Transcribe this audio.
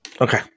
Okay